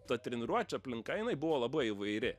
ta treniruočių aplinka jinai buvo labai įvairi